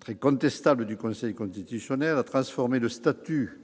très contestable du Conseil constitutionnel, a transformé le statut